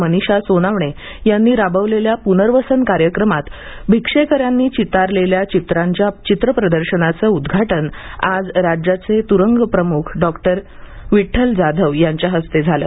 मनीषा सोनावणे यांनी राबवलेल्या प्नर्वसन कार्यक्रमात भिक्षेकर्यानी चितारलेल्या चित्रांच्या प्रदर्शनाचं उद्घाटन आज राज्याचे त्रुंग प्रमुख डॉ विट्ठल जाधव यांच्या हस्ते झालं